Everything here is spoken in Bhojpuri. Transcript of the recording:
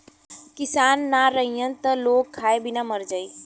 किसान ना रहीहन त लोग खाए बिना मर जाई